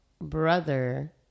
brother